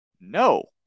No